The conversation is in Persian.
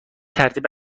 ترتیب